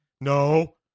No